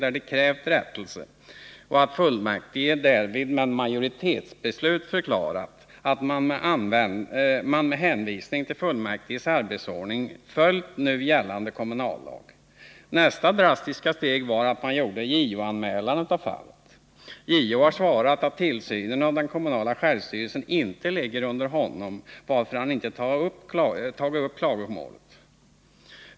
i vilken de krävt med hänvisning till fullmäktiges arbetsordning följt nu gällande kommunal lag. Nästa drastiska steg var att man gjorde en JO-anmälan av fallet. JO har svarat att tillsynen över den kommunala självstyrelsen inte faller under honom, varför han inte tagit upp klagomålet.